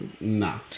Nah